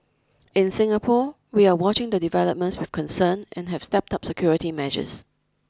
in Singapore we are watching the developments with concern and have stepped up security measures